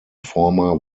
former